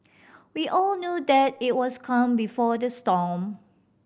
we all knew that it was calm before the storm